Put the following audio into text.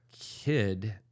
Kid